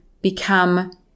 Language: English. become